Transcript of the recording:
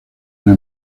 una